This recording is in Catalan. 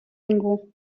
ningú